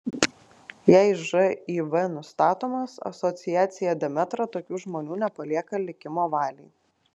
jei živ nustatomas asociacija demetra tokių žmonių nepalieka likimo valiai